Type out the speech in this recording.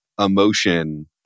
emotion